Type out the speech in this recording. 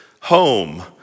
home